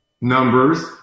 numbers